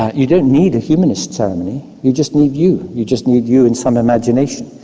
you don't need a humanist ceremony you just need you, you just need you and some imagination,